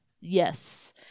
yes